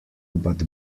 but